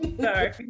Sorry